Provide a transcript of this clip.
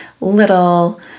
little